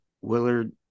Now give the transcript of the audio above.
Willard